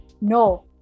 no